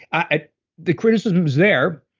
ah the criticism's there,